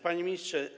Panie Ministrze!